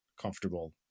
comfortable